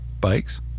bikes